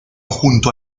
junto